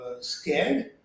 scared